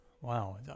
Wow